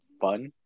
fun